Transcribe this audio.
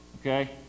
Okay